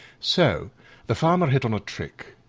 so the farmer hit on a trick.